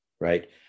right